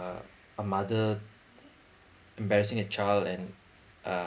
uh a mother embarrassing a child and uh